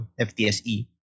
FTSE